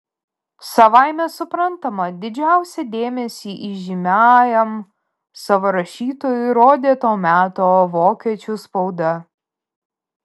savaime suprantama didžiausią dėmesį įžymiajam savo rašytojui rodė to meto vokiečių spauda